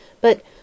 But